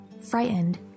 Frightened